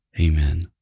Amen